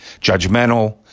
judgmental